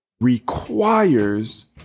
requires